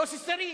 יוסי שריד,